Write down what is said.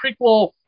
prequel